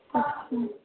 ਅੱਛਾ